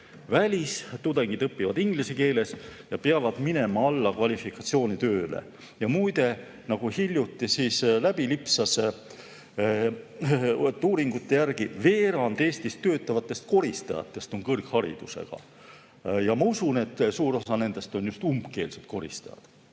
Välistudengid õpivad inglise keeles ja peavad minema alla kvalifikatsiooni tööle. Muide, nagu hiljuti läbi lipsas, siis uuringute järgi veerand Eestis töötavatest koristajatest on kõrgharidusega. Ma usun, et suur osa nendest on just umbkeelsed.